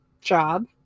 job